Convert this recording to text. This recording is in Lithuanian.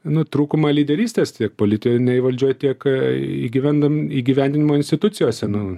nu trūkumą lyderystės tiek politinėj valdžioj tiek įgyvendint įgyvendinimo institucijos senam